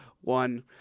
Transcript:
one